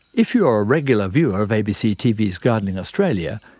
if you are a regular viewer of abc tv's gardening australia,